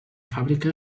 fàbrica